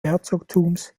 herzogtums